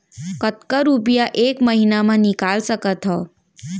कतका रुपिया एक महीना म निकाल सकथव?